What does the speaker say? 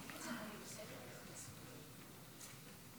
אדוני היושב-ראש,